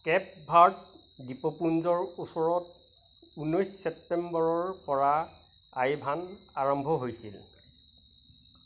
Cape Verde দ্বীপপুঞ্জৰ ওচৰত ঊনৈছ ছেপ্টেম্বৰৰপৰা আইভান আৰম্ভ হৈছিল